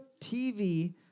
TV